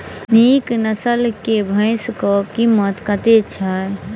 नीक नस्ल केँ भैंस केँ कीमत कतेक छै?